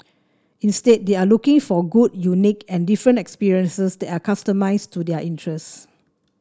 instead they are looking for good unique and different experiences that are customised to their interests